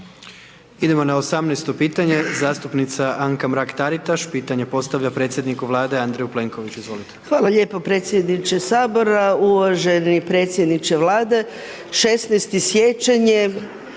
Idemo na 18. pitanje, zastupnica Anka Mrak-Taritaš, pitanje postavlja predsjedniku Vlade Andreju Plenkoviću, izvolite. **Mrak-Taritaš, Anka (GLAS)** Hvala lijepo predsjedniče Sabora, uvaženi predsjedniče Vlade. 16. siječanj